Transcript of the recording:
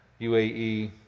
UAE